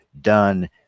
done